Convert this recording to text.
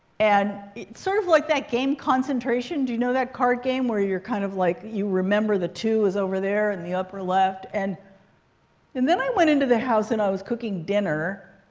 and sort of like that game, concentration do you know that card game? where you're kind of like, you remember the two is over there in the upper left. and and then, i went into the house and i was cooking dinner.